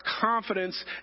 confidence